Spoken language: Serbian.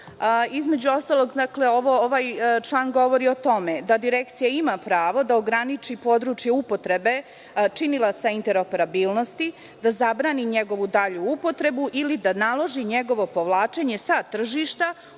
Između ostalog, ovaj član govori o tome da Direkcija ima pravo da ograniči područje upotrebe činilaca intero-perabilnosti, da zabrani njegovu dalju upotrebu ili da naloži njegovo povlačenje sa tržišta